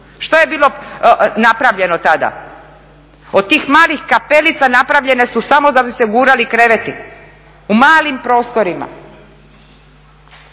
Što je bilo napravljeno tada? Od tih malih kapelica napravljene su samo da bi se gurali kreveti u malim prostorima.